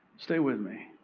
stay with me.